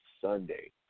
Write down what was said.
Sunday